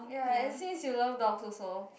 ya as since you love dog also